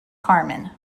carmen